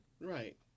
Right